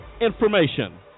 information